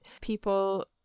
people